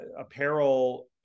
apparel